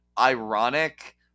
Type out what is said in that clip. ironic